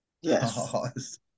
Yes